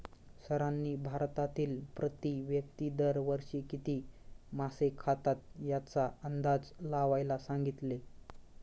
सरांनी भारतातील प्रति व्यक्ती दर वर्षी किती मासे खातात याचा अंदाज लावायला सांगितले?